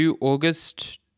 August